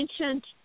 ancient